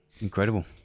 incredible